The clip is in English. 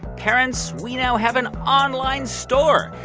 parents, we now have an online store.